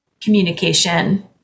communication